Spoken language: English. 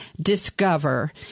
discover